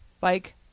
bike